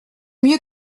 mieux